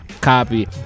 Copy